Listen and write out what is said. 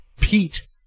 Pete